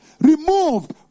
removed